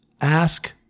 Ask